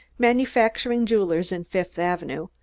manufacturing jewelers in fifth avenue,